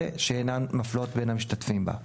ושאינן מפלות בין המשתתפים בה.